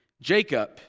Jacob